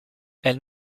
elle